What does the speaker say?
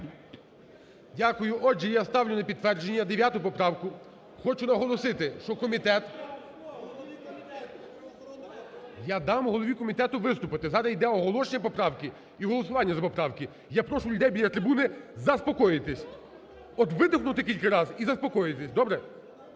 Дякую. Отже, я ставлю на підтвердження дев'яту поправку, хочу наголосити, що комітет… (Шум у залі) Я дам голові комітету виступити, зараз йде оголошення поправки і голосування за поправки. Я прошу людей біля трибуни заспокоїтись! От видихнути кілька разів і заспокоїтись, добре?